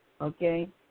Okay